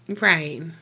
Right